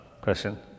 question